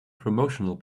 promotional